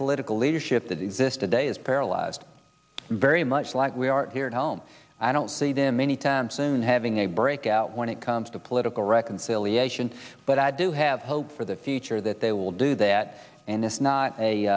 political leadership that exist today is paralyzed very much like we are here at home i don't see them any time soon having a breakout when it comes to political reconciliation but i do have hope for the future that they will do that and it's not